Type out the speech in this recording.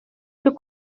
plus